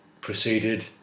proceeded